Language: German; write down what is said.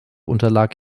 unterlag